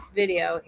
video